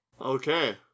Okay